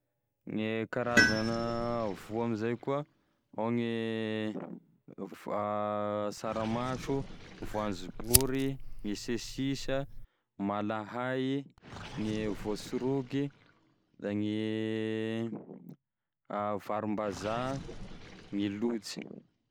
Gne karazana voa amzay koa: ao gne f- saramaso, voanzobory, gne sesisa, malahay, gne voasiroky da gne varimbazaha gne lojy.